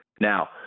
Now